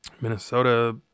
Minnesota